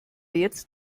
jetzt